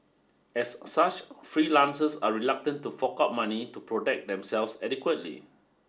as such freelancers are reluctant to fork out money to protect themselves adequately